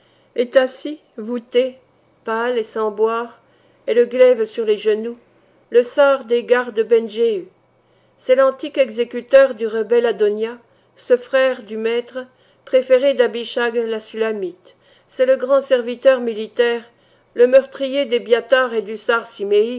est assis voûté pâle et sans boire et le glaive sur les genoux le sar des gardes ben jëhu c'est l'antique exécuteur du rebelle adônia ce frère du maître préféré dabischag la sulamite c'est le grand serviteur militaire le meurtrier d'ébyathar et du sar